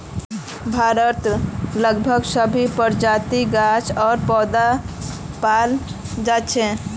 भारतत लगभग सभी प्रजातिर गाछ आर पौधा पाल जा छेक